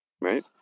right